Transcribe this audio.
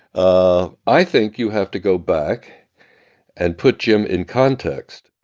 ah i think you have to go back and put jim in context